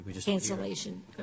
Cancellation